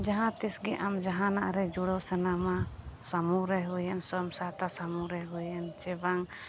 ᱡᱟᱦᱟᱸ ᱛᱤᱥ ᱜᱮ ᱟᱢ ᱡᱟᱦᱟᱱᱟᱜ ᱨᱮ ᱡᱩᱲᱟᱹᱣ ᱥᱟᱱᱟᱢᱟ ᱥᱟᱹᱢᱩ ᱨᱮ ᱦᱩᱭᱮᱱ ᱥᱟᱢ ᱥᱟᱶᱛᱟ ᱥᱟᱹᱢᱩ ᱨᱮ ᱦᱩᱭᱮᱱ ᱪᱮ ᱵᱟᱝ